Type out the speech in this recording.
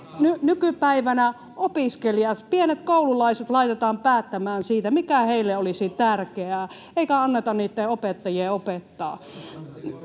nykypäivänä opiskelijat ja pienet koululaiset laitetaan päättämään siitä, mikä heille olisi tärkeää, eikä anneta niitten opettajien opettaa.